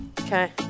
Okay